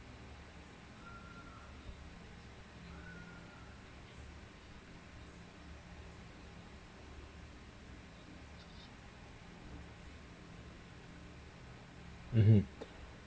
mmhmm